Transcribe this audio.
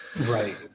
Right